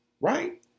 right